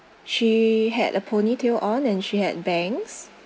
she had a ponytail on and she had bangs